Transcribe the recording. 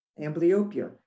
amblyopia